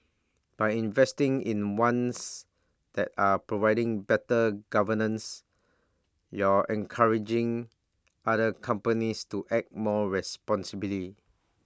by investing in ones that are providing better governance you're encouraging other companies to act more responsibly